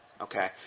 okay